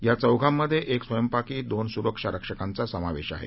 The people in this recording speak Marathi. या चौघांमध्ये एक स्वयंपाकी दोन सुरक्षा रक्षकांचा समावेश आहे